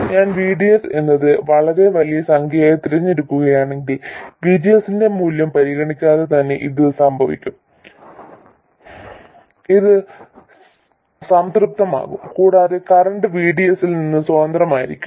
ഞാൻ VDS എന്നത് വളരെ വലിയ സംഖ്യയായി തിരഞ്ഞെടുക്കുകയാണെങ്കിൽ VGS ന്റെ മൂല്യം പരിഗണിക്കാതെ തന്നെ ഇത് സംഭവിക്കും ഇത് സംതൃപ്തമാകും കൂടാതെ കറന്റ് VDS ൽ നിന്ന് സ്വതന്ത്രമായിരിക്കും